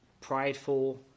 prideful